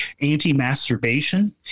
anti-masturbation